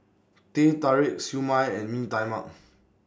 Teh Tarik Siew Mai and Mee Tai Mak